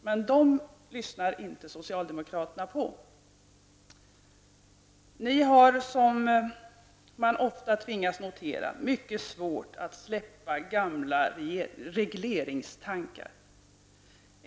Men dem lyssnar socialdemokraterna inte på. Socialdemokraterna har, som man ofta tvingas notera, mycket svårt att släppa gamla regleringstankar.